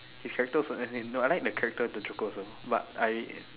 his character also as in no I like the character the joker also but I